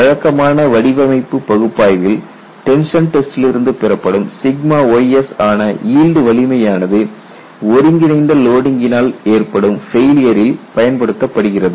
வழக்கமான வடிவமைப்பு பகுப்பாய்வில் டென்ஷன் டெஸ்டில் இருந்து பெறப்படும் ys ஆன ஈல்டு வலிமையானது ஒருங்கிணைந்த லோடிங்கினால் ஏற்படும் ஃபெயிலியரில் பயன்படுத்தப்படுகிறது